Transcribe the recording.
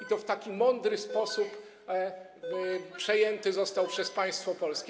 i to w taki mądry sposób przejęty został przez państwo polskie.